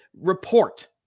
report